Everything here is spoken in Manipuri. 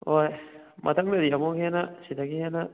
ꯍꯣꯏ ꯃꯊꯪꯗꯗꯤ ꯑꯃꯨꯛꯀ ꯍꯦꯟꯅ ꯁꯤꯗꯒꯤ ꯍꯦꯟꯅ